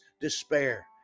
despair